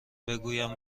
بگویم